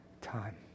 time